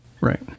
Right